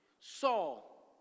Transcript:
Saul